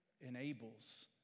enables